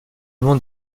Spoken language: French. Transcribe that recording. monde